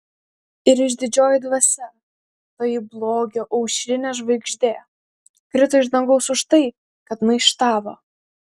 ir išdidžioji dvasia toji blogio aušrinė žvaigždė krito iš dangaus už tai kad maištavo